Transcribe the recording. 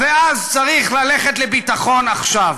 ואז צריך ללכת לביטחון עכשיו.